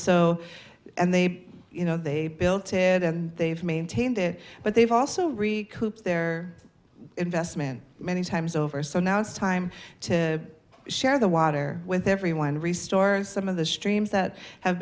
so and they you know they built it and they've maintained it but they've also read their investment many times over so now it's time to share the water with everyone re stores some of the streams that have